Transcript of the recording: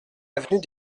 avenue